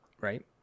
Right